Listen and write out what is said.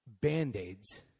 Band-Aids